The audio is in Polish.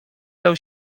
dał